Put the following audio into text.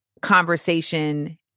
conversation